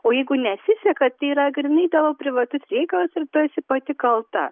o jeigu nesiseka tai yra grynai tavo privatus reikalas ir tu esi pati kalta